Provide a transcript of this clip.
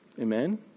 Amen